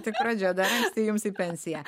tik pradžia dar anksti jums į pensiją